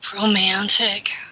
romantic